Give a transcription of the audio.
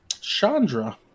Chandra